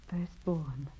Firstborn